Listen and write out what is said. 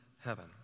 heaven